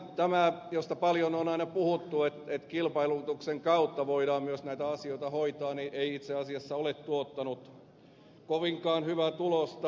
tämä josta paljon on aina puhuttu että kilpailutuksen kautta voidaan myös näitä asioita hoitaa ei itse asiassa ole tuottanut kovinkaan hyvää tulosta